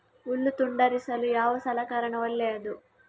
ಹುಲ್ಲು ತುಂಡರಿಸಲು ಯಾವ ಸಲಕರಣ ಒಳ್ಳೆಯದು?